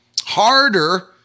harder